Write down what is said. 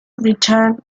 return